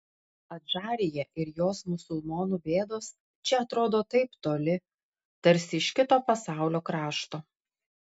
adžarija ir jos musulmonų bėdos čia atrodo taip toli tarsi iš kito pasaulio krašto